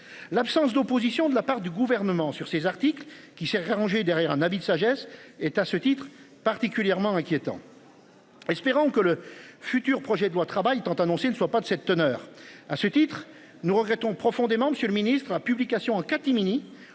L'absence d'opposition de la part du gouvernement sur ces articles qui s'est arrangé derrière un avis de sagesse est à ce titre particulièrement inquiétant. Espérons que le futur projet de loi travail tant annoncée ne soit pas de cette teneur à ce titre nous regrettons profondément. Monsieur le ministre. Publication en catimini